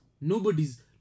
Nobody's